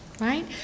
right